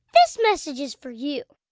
this message is for you